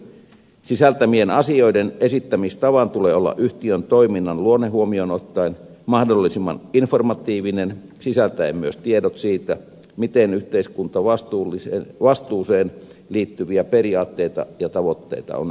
kertomuksen sisältämien asioiden esittämistavan tulee olla yhtiön toiminnan luonne huomioon ottaen mahdollisimman informatiivinen sisältäen myös tiedot siitä miten yhteiskuntavastuuseen liittyviä periaatteita ja tavoitteita on edistetty